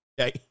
okay